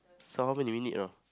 so how minute now